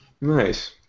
Nice